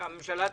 הממשלה תציג,